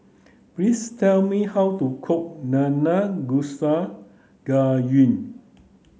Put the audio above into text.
please tell me how to cook Nanakusa Gayu